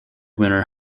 winner